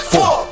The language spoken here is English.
Four